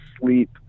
sleep